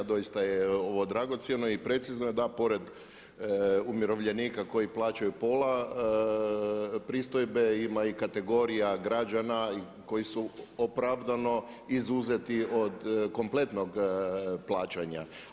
Doista je ovo dragocjeno i precizno je da pored umirovljenika koji plaćaju pola pristojbe ima i kategorija građana koji su opravdano izuzeti od kompletnog plaćanja.